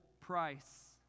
price